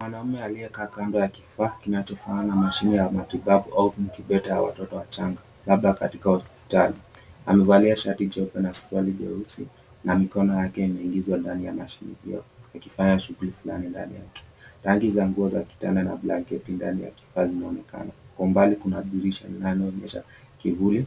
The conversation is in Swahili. Mwanaume aliyekaa kando ya kifaa kinachofanana mashini ya matibabu au inkubeta ya watoto wachanga labda katika hospitali. Amevalia shati jeupe na suruali jeusi na mkono wake umeingizwa ndani ya mashini hiyo akifanya shughuli fulani ndani yake. Rangi za nguo na blanketi ndani ya kifaa inaonekana. Kwa umbali kuna dirisha linaloonyesha kivuli